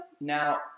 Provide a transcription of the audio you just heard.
Now